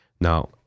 Now